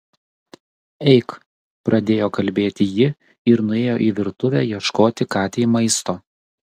eik pradėjo kalbėti ji ir nuėjo į virtuvę ieškoti katei maisto